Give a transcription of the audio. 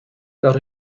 got